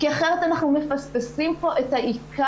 כי אחרת אנחנו מפספסים פה את העיקר.